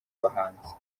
bahanzi